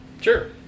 Sure